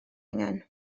angan